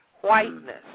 Whiteness